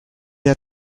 had